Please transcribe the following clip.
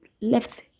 left